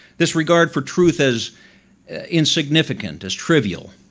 this regard for truth as insignificant, as trivial,